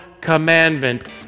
commandment